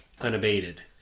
unabated